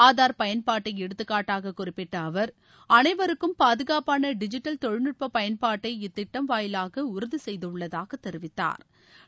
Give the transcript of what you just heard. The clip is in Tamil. ஆதார் பயன்பாட்டை எடுத்துக்காட்டாக குறிப்பிட்ட அவர் அனைவருக்கும் பாதுகாப்பான டிஜிட்டல் தொழில்நுட்ப பயன்பாட்டை இத்திட்டம் வாயிவாக உறுதி செய்துள்ளதாக தெரிவித்தாா்